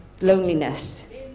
Loneliness